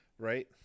Right